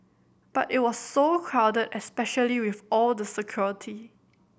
but it was so crowded especially with all the security